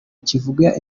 kivuga